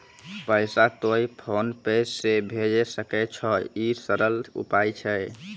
पैसा तोय फोन पे से भैजै सकै छौ? ई सरल उपाय छै?